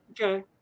Okay